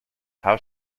how